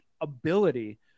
ability